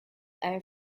air